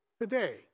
today